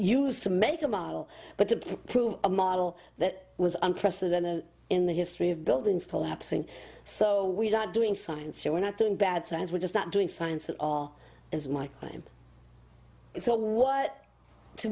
used to make a model but to prove a model that was unprecedented in the history of buildings collapsing so we're not doing science here we're not doing bad science we're just that doing science that are as my claim so what to